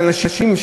של האנשים,